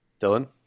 Dylan